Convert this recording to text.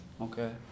Okay